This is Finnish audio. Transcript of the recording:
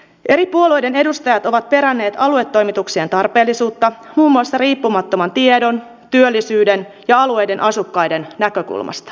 eri puolueiden edustajat ovat peränneet aluetoimituksien tarpeellisuutta muun muassa riippumattoman tiedon työllisyyden ja alueiden asukkaiden näkökulmasta niin minäkin perään